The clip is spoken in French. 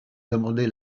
demander